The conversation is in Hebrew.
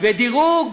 והדירוג